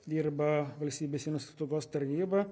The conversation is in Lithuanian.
dirba valstybės sienos apsaugos tarnyba